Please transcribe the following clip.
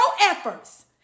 efforts